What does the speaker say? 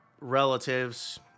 relatives